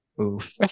Oof